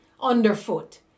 underfoot